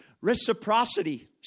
reciprocity